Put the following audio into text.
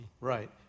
Right